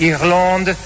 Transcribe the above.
Ireland